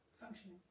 functioning